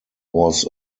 was